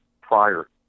prior